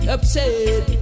Upset